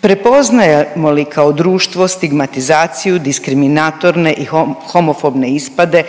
Prepoznajemo li kao društvo stigmatizaciju, diskriminatorne i homofobne ispade